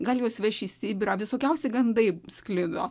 gal juos veš į sibirą visokiausi gandai sklido